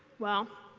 well,